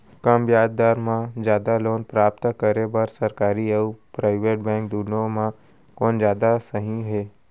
कम ब्याज दर मा जादा लोन प्राप्त करे बर, सरकारी अऊ प्राइवेट बैंक दुनो मा कोन जादा सही हे?